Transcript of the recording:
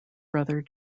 brother